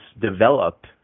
develop